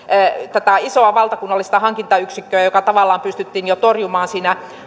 tätä isoa valtakunnallista hankintayksikköä joka tavallaan pystyttiin jo torjumaan siinä